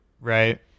right